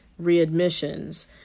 readmissions